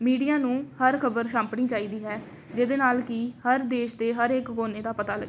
media ਨੂੰ ਹਰ ਖ਼ਬਰ ਛਾਪਣੀ ਚਾਹੀਦੀ ਹੈ ਜਿਹਦੇ ਨਾਲ ਕਿ ਹਰ ਦੇਸ਼ ਦੇ ਹਰ ਇੱਕ ਕੋਨੇ ਦਾ ਪਤਾ ਲੱਗੇ